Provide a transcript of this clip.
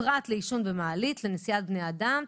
פרט לעישון במעלית לנשיאת בני אדם..